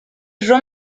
ron